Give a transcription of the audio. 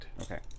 Okay